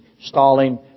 stalling